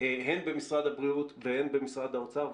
הן במשרד הבריאות והן במשרד האוצר.